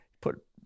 put